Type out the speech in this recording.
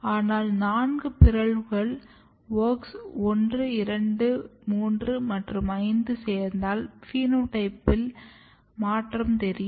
ஆனால் நான்கு பிறழ்வுகள் WOX 123 மற்றும் 5 சேர்ந்தால் பினோடைப்பில் மற்றம் தெரியும்